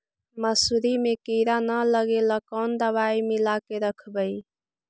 मसुरी मे किड़ा न लगे ल कोन दवाई मिला के रखबई?